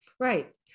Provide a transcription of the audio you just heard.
Right